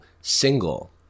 single